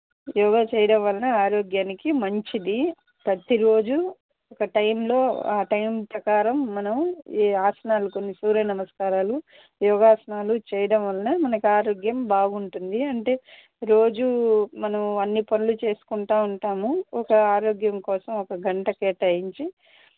యోగా చేయడం వలన ఆరోగ్యానికి మంచిది ప్రతి రోజు ఒక టైంలో ఆ టైం ప్రకారం మనం ఈ ఆసనాలు కొన్ని సూర్యనమస్కారాలు యోగాసనాలు చేయడం వలన మనకు ఆరోగ్యం బాగుంటుంది అంటే రోజు మనం అన్నీ పనులు చేసుకుంటు ఉంటాము ఒక ఆరోగ్యం కోసం ఒక గంట కేటాయించి